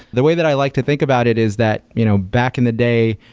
the way that i like to think about it is that you know back in the day,